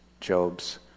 Job's